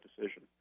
decision